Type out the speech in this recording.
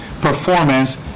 performance